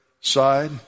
side